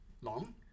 long